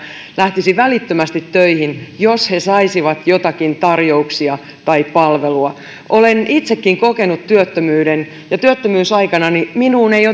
lähtisi välittömästi töihin jos he saisivat joitakin tarjouksia tai palvelua olen itsekin kokenut työttömyyden ja työttömyysaikanani minuun ei